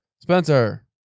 Spencer